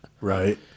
right